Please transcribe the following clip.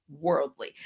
worldly